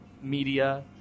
media